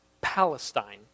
Palestine